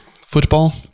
Football